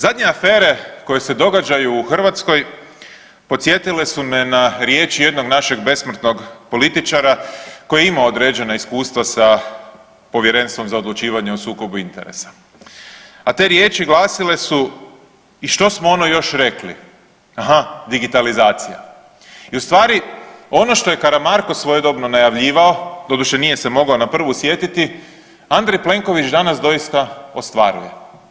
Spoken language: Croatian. Zadnje afere koje se događaju u Hrvatskoj podsjetile su me na riječi jednog našeg besmrtnog političara koji ima određena iskustva sa Povjerenstvom za odlučivanje o sukobu interesa, a te riječi glasile su, i što smo ono još rekli, aha digitalizacija i ustvari ono što je Karamarko svojedobno najavljivao, doduše nije se mogao na prvu sjetiti, Andrej Plenković danas doista ostvaruje.